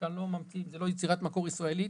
זה לא יצירת מקור ישראלית,